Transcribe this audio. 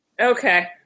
Okay